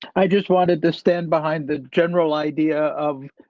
i just wanted to stand behind the general idea of,